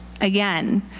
Again